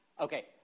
Okay